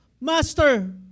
Master